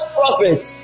prophets